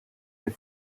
mes